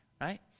right